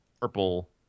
purple